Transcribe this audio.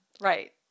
Right